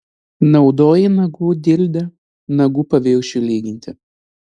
naudoji nagų dildę nagų paviršiui lyginti